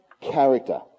character